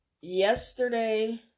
yesterday